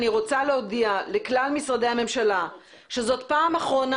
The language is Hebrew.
אני רוצה להודיע לכלל משרדי הממשלה שזו הפעם האחרונה,